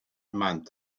month